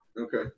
Okay